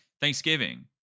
Thanksgiving